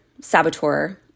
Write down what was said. saboteur